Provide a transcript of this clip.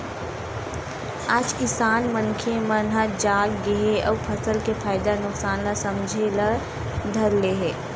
आज किसान मनखे मन ह जाग गे हे अउ फसल के फायदा नुकसान ल समझे ल धर ले हे